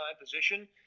position